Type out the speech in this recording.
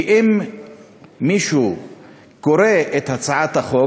כי אם מישהו היה קורא את הצעת החוק,